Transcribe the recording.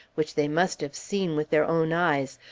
which they must have seen with their own eyes,